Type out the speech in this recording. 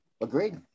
agreed